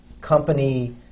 company